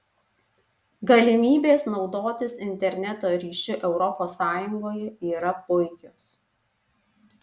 galimybės naudotis interneto ryšiu europos sąjungoje yra puikios